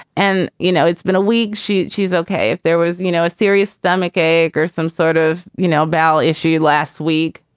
and, you know, it's been a week. she. she's ok. if there was, you know, a serious stomach ache or some sort of, you know, bowel issue last week,